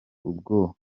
ubwo